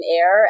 air